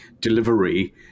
delivery